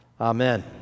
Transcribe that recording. amen